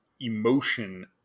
emotion